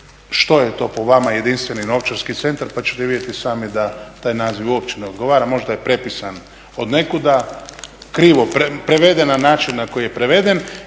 što je to po vama jedinstveni novčarski centar pa ćete vidjeti i sami da taj naziv uopće ne odgovara. Možda je prepisan od nekuda, krivo preveden na način na koji je preveden.